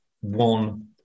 one